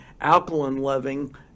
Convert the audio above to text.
alkaline-loving